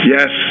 Yes